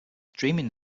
dreaming